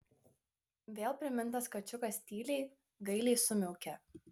vėl primintas kačiukas tyliai gailiai sumiaukė